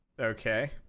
Okay